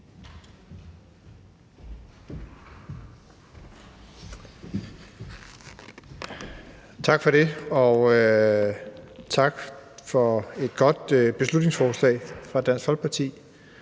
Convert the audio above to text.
så fulgt op af det her beslutningsforslag fra Dansk Folkeparti,